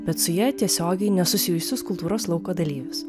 bet su ja tiesiogiai nesusijusius kultūros lauko dalyvius